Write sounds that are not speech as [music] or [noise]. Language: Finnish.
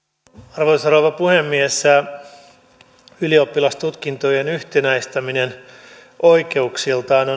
arvoisa rouva puhemies ylioppilastutkintojen yhtenäistäminen oikeuksiltaan [unintelligible]